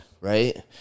Right